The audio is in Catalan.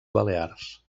balears